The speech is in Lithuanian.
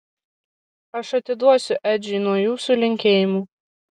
aš atiduosiu edžiui nuo jūsų linkėjimų